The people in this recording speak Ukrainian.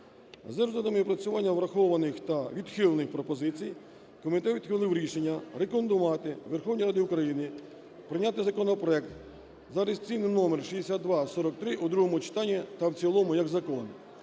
За результатами опрацювання врахованих та відхилених пропозицій комітет ухвалив рішення рекомендувати Верховній Раді України прийняти законопроект за реєстраційним номером 6243 у другому читанні та в цілому як закон.